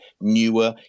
newer